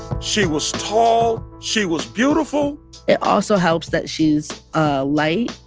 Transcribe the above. she was tall. she was beautiful it also helps that she's ah light,